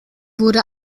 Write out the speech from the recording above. wurde